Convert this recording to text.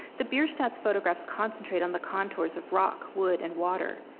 the bierstadts' photographs concentrate on the contours of rock, wood, and water.